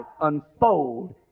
unfold